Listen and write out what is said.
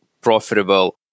profitable